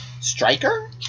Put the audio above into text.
Striker